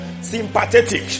sympathetic